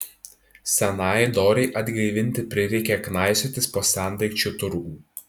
senajai dorei atgaivinti prireikė knaisiotis po sendaikčių turgų